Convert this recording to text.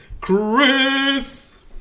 Chris